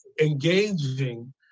engaging